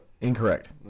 Incorrect